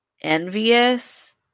envious